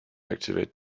activate